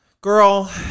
Girl